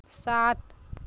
सात